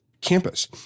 campus